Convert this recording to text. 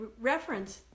reference